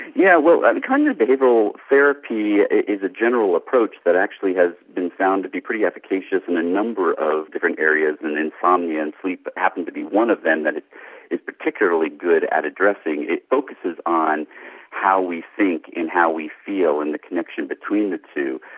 yeah well, cognitive behavioural therapy is a general approach that actually has been found to be pretty efficacious in a number of different areas, and insomnia and sleep happen to be one of them that it is particularly good at addressing. it focuses on how we think and how we feel and the connection between the two.